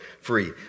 free